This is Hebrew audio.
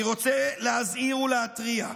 אני רוצה להזהיר ולהתריע.